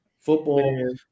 football